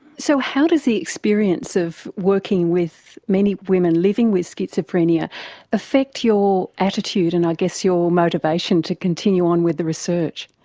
so how does the experience of working with many women living with schizophrenia affect your attitude and i guess your motivation to continue on with the research?